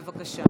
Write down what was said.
בבקשה.